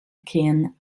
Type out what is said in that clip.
cane